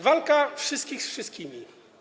Walka wszystkich ze wszystkimi.